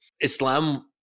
Islam